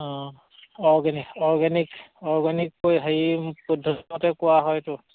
অঁ organic organic organic হেৰি পদ্ধতিমতে কৰা হয়তো